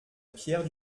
pierre